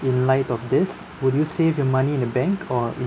in light of this would you save your money in a bank or